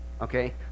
okay